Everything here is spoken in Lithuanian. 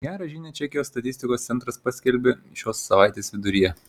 gerą žinią čekijos statistikos centras paskelbė šios savaitės viduryje